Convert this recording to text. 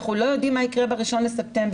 אנחנו לא יודעים מה יקרה ב-1 בספטמבר.